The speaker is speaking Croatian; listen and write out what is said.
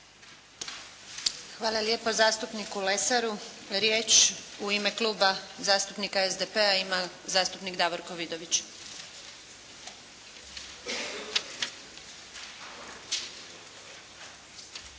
Hvala lijepa zastupniku Lesaru. Riječ u ime Kluba zastupnika SDP-a, ima zastupnik Davorko Vidović.